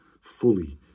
fully